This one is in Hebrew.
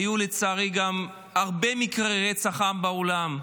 היו, לצערי, גם הרבה מקרי רצח עם בעולם.